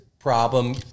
Problem